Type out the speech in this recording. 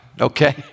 okay